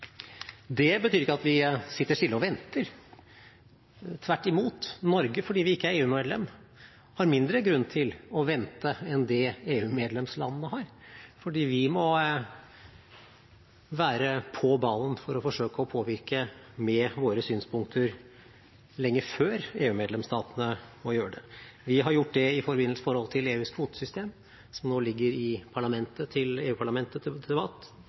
Det betyr ikke at vi sitter stille og venter. Tvert imot. Norge, fordi vi ikke er EU-medlem, har mindre grunn til å vente enn det EU-medlemslandene har, for vi må være på ballen for å forsøke å påvirke med våre synspunkter lenge før EU-medlemsstatene må gjøre det. Vi har gjort det i forbindelse med EUs kvotesystem, som nå ligger i EU-parlamentet til debatt.